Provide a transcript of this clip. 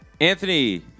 Anthony